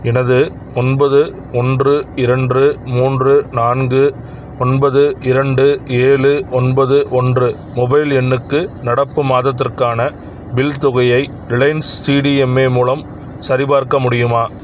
எனது ஒன்பது ஒன்று இரண்று மூன்று நான்கு ஒன்பது இரண்டு ஏழு ஒன்பது ஒன்று மொபைல் எண்ணுக்கு நடப்பு மாதத்திற்கான பில் தொகையை ரிலையன்ஸ் சிடிஎம்ஏ மூலம் சரிபார்க்க முடியுமா